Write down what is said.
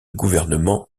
gouvernement